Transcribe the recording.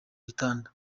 gitanda